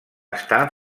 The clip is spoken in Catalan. estar